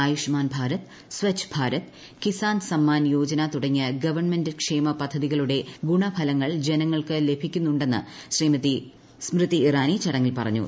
ആയുഷ്മാൻ ഭാരത് സച്ച് ഭാരത് കിസാൻ സമ്മാൻ യോജന തുടങ്ങിയ ഗവൺമെന്റ് ക്ഷേമ പദ്ധതികളുടെ ഗുണഫലങ്ങൾ ജനങ്ങൾക്ക് ലഭിക്കുന്നുണ്ടെന്ന് ശ്രീമതി സ്മൃതി ഇറാനി ചടങ്ങിൽ പറഞ്ഞു